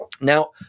Now